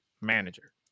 manager